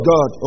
God